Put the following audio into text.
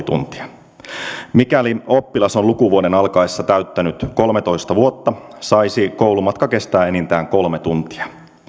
tuntia mikäli oppilas on lukuvuoden alkaessa täyttänyt kolmetoista vuotta saisi koulumatka kestää enintään kolme tuntia